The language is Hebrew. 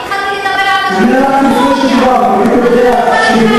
אני התחלתי לדבר על, אני הלכתי לפני שדיברת,